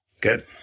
Good